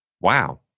Wow